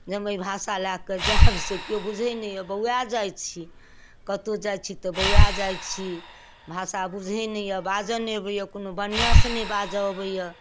जाहिमे ई भाषा लै के जायब से केओ बुझैत नहि यऽ बौआए जाइत छी कतहुँ जाइत छी तऽ बौआए जाइत छी भाषा बुझए नहि यऽ बाजऽ नहि अबैए कोनो बढ़िआँसँ नहि बाजऽ अबैए